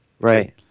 right